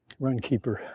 runkeeper